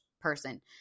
person